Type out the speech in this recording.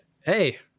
Hey